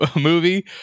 movie